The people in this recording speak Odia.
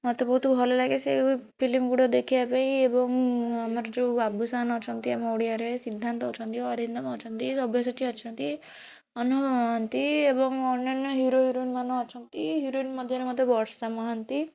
ମୋତେ ବହୁତ ଭଲ ଲାଗେ ସେ ଫିଲ୍ମଗୁଡ଼ା ଦେଖିବା ପାଇଁ ଏବଂ ଆମର ଯେଉଁ ବାବୁସାନ ଅଛନ୍ତି ଆମ ଓଡ଼ିଆରେ ସିଦ୍ଧାନ୍ତ ଅଛନ୍ତି ଅରିନ୍ଦମ ଅଛନ୍ତି ସବ୍ୟସାଚୀ ଅଛନ୍ତି ଅନୁଭବ ମହାନ୍ତି ଏବଂ ଅନ୍ୟାନ୍ୟ ହିରୋ ହିରୋଇନ୍ ମାନେ ଅଛନ୍ତି ହିରୋଇନ୍ ମଧ୍ୟରେ ମୋତେ ବର୍ଷା ମହାନ୍ତି